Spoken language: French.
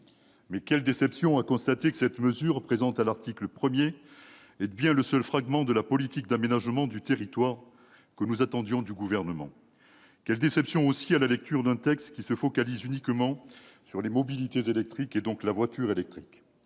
Mais quelle déception de devoir constater que cette mesure, inscrite à l'article 1, est le seul élément de la politique d'aménagement du territoire que nous attendions du Gouvernement ! Quelle déception nous avons éprouvée à la lecture d'un texte qui se focalise uniquement sur les mobilités électriques, et donc sur la voiture électrique